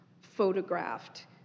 photographed